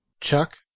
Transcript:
chuck